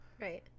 right